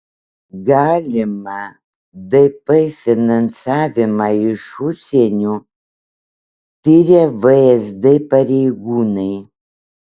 galimą dp finansavimą iš užsienio tiria vsd pareigūnai